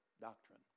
doctrine